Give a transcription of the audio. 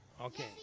Okay